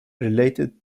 related